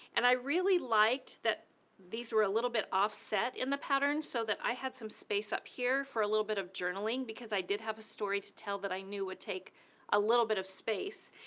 and i really liked that these were a little bit offset in the pattern, so that i had some space up here for a little bit of journaling, because i did have a story to tell that i knew would take a little bit of space,